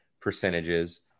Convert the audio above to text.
percentages